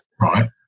right